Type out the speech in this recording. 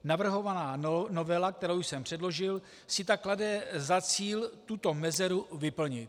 Navrhovaná novela, kterou jsem předložil, si tak klade za cíl tuto mezeru vyplnit.